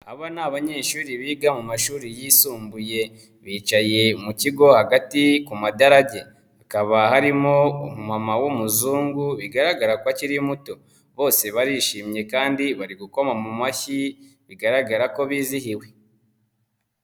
Aba ni abanyeshuri biga mu mashuri yisumbuye, bicaye mu kigo hagati ku madarage hakaba harimo umumama w'umuzungu bigaragara ko akiri muto, bose barishimye kandi bari gukoma mu mashyi bigaragara ko bizihiwe.